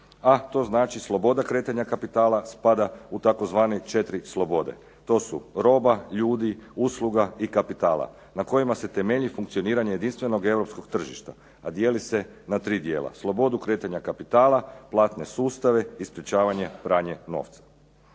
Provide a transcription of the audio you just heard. a to znači sloboda kretanja kapitala spada u tzv. četiri slobode, to su roba, ljudi, usluga i kapitala na kojima se temelji funkcioniranje jedinstvenog europskog tržišta, a dijeli se na tri dijela: slobodu kretanja kapitala, platne sustave i sprečavanje pranja novca.